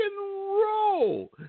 roll